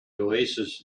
oasis